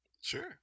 sure